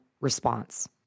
response